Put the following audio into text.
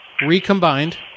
Recombined